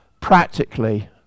practically